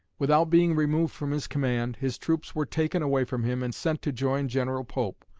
without being removed from his command, his troops were taken away from him and sent to join general pope,